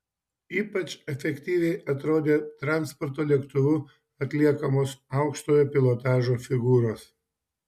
ypač efektyviai atrodė transporto lėktuvu atliekamos aukštojo pilotažo figūros